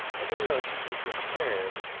and a nice piece of ham,